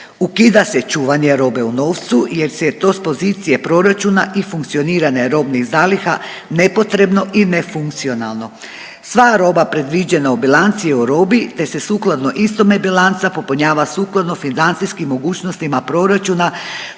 Ukida se čuvanje robe u novcu jer se je to s pozicije proračuna i funkcioniranja robnih zaliha nepotrebno i nefunkcionalno. Sva roba predviđeno u bilanci o robi, te se sukladno istome bilanca popunjava sukladno financijskim mogućnostima proračuna